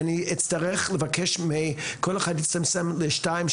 אני אצטרך לבקש מכל אחד להצטמצם לשתיים,